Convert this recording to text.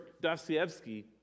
Dostoevsky